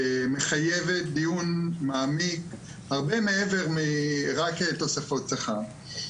מחייבת דיון מעמיק, הרבה מעבר לרק תוספות שכר.